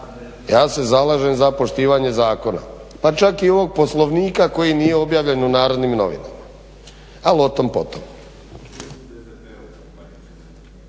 ja se zalažem za poštivanje zakona, pa čak i ovog Poslovnika koji nije objavljen u Narodnim novinama, ali o tom potom.